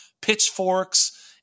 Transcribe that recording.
pitchforks